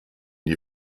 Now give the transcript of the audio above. die